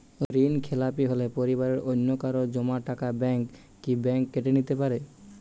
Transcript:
ঋণখেলাপি হলে পরিবারের অন্যকারো জমা টাকা ব্যাঙ্ক কি ব্যাঙ্ক কেটে নিতে পারে?